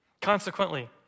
Consequently